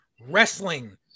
wrestling